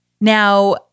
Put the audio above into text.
Now